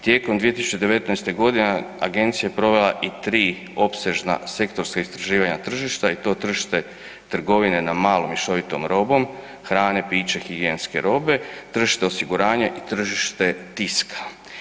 Tijekom 2019. g. agencija je provela i tri opsežna sektorska istraživanja tržišta i to tržište trgovine na malo i mješovitom robom, hrane, pića, higijenske robe, tržišta osiguranja i tržište tiska.